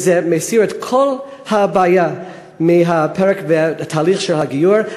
וזה מסיר מהפרק את כל הבעיה בתהליך הגיור.